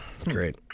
Great